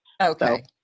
Okay